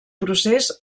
procés